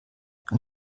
ein